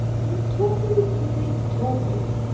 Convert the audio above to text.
you are talking for the sake of talking,